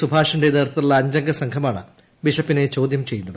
സുഭാഷിന്റെ നേതൃത്വത്തിലുള്ള അഞ്ചംഗ സംഘമാണ് ബിഷപ്പിനെ ചോദ്യം ചെയ്യുന്നത്